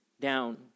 down